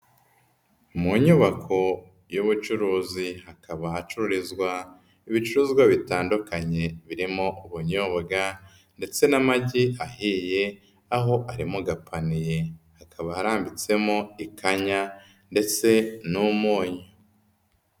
Mu nyubako y'ubucuruzi hakaba hahacururizwa ibicuruzwa bitandukanye birimo ubunyobwa ndetse n'amagi ahiye aho ari mu gapaniye, hakaba harambitsemo ikanyaya ndetse n'umunyu.